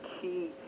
key